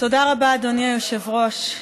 תודה רבה, אדוני היושב-ראש.